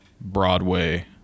Broadway